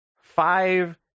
five